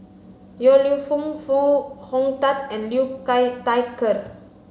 Yong Lew Foong Foo Hong Tatt and Liu Thai Ker